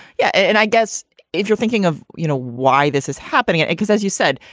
yeah. and i guess if you're thinking of, you know, why this is happening. and because as you said,